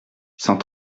cent